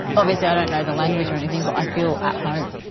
obviously, i don't know the language or anything, but i feel at home.